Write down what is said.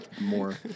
more